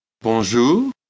Bonjour